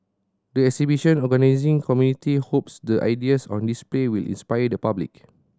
the exhibition organising committee hopes the ideas on display will inspire the public